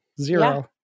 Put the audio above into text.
zero